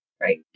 right